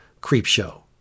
Creepshow